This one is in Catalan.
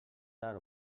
tard